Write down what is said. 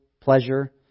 pleasure